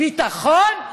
ביטחון,